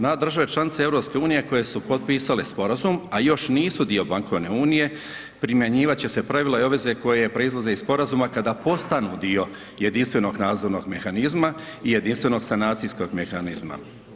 Na države članice EU koje su potpisale sporazum, a još nisu dio Bankovne unije, primjenjivat će se pravila i obveze koje proizlaze iz sporazuma kada postanu dio Jedinstvenog nadzornog mehanizma i Jedinstvenog sanacijskog mehanizma.